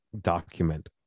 document